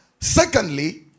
secondly